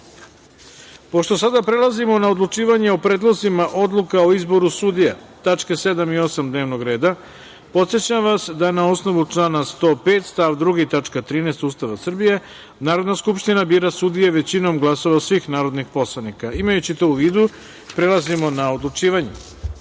zakona. Pošto prelazimo na odlučivanje o predlozima odluka o izboru sudija (tačke 7. i 8. dnevnog reda), podsećam vas da na osnovu člana 105. stav 2. tačka 13) Ustava Republike Srbije Narodna skupština bira sudije većinom glasova svih narodnih poslanika. Imajući to u vidu, prelazimo na odlučivanje. Sedma